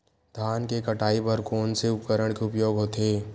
धान के कटाई बर कोन से उपकरण के उपयोग होथे?